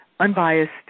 unbiased